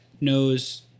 knows